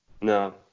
No